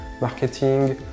marketing